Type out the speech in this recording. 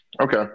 Okay